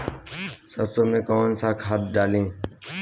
सरसो में कवन सा खाद डाली?